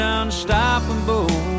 unstoppable